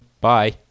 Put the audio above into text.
Bye